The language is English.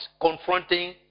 confronting